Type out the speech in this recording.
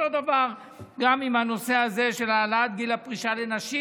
אותו דבר גם עם הנושא הזה של העלאת גיל הפרישה לנשים.